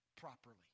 properly